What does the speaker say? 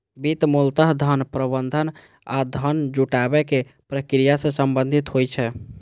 वित्त मूलतः धन प्रबंधन आ धन जुटाबै के प्रक्रिया सं संबंधित होइ छै